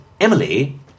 Emily